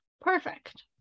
Perfect